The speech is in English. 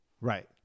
Right